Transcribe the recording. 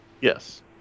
Yes